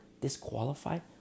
disqualified